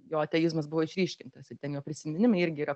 jo ateizmas buvo išryškintas ir ten jo prisiminimai irgi yra